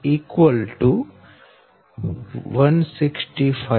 1658 kAphase 165